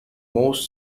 most